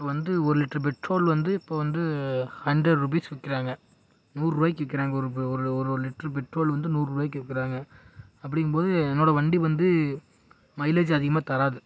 வந்து ஒரு litre petrol வந்து இப்போ வந்து ஹண்ட்ரட் ருப்பீஸ் விற்கிறாங்க நூறுபாய்க்கு விற்கிறாங்க ஒரு ஒரு ஒரு லிட்ரு பெட்ரோல் வந்து நூறுபாய்க்கு விற்கிறாங்க அப்படிங்கும் போது என்னோடய வண்டி வந்து மைலேஜ் அதிகமாக தராது